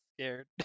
scared